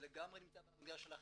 זה לגמרי נמצא במגרש שלכם,